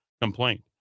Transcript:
complaint